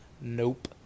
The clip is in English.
Nope